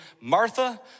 Martha